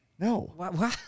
No